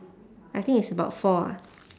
I think it's about four ah